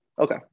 Okay